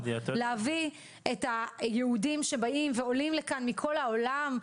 להביא את היהודים שבאים ועולים לכאן מכל העולם.